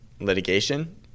litigation